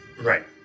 Right